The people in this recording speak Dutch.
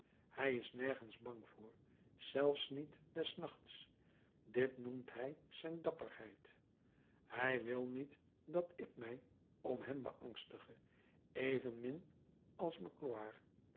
hij is nergens bang voor zelfs niet des nachts dit noemt hij zijn dapperheid hij wil niet dat ik mij om hem beangstige evenmin als